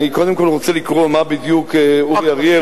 אני קודם כול רוצה לקרוא מה בדיוק אורי אריאל,